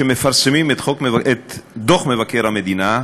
כשמפרסמים את דוח מבקר המדינה,